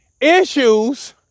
issues